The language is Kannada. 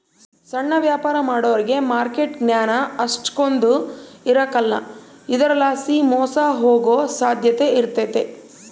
ಸಣ್ಣ ವ್ಯಾಪಾರ ಮಾಡೋರಿಗೆ ಮಾರ್ಕೆಟ್ ಜ್ಞಾನ ಅಷ್ಟಕೊಂದ್ ಇರಕಲ್ಲ ಇದರಲಾಸಿ ಮೋಸ ಹೋಗೋ ಸಾಧ್ಯತೆ ಇರ್ತತೆ